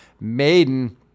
Maiden